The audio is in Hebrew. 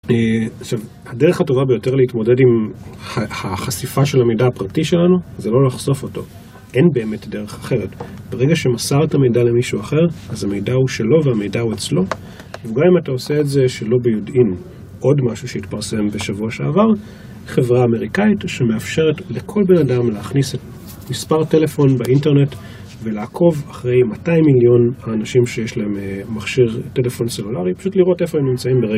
עכשיו, הדרך הטובה ביותר להתמודד עם החשיפה של המידע הפרטי שלנו זה לא לחשוף אותו, אין באמת דרך אחרת. ברגע שמסרת מידע למישהו אחר, אז המידע הוא שלו והמידע הוא אצלו וגם אם אתה עושה את זה שלא ביודעין עוד משהו שהתפרסם בשבוע שעבר חברה אמריקאית שמאפשרת לכל בן אדם להכניס מספר טלפון באינטרנט ולעקוב אחרי 200 מיליון אנשים שיש להם מכשיר טלפון סלולרי פשוט לראות איפה הם נמצאים ברגע...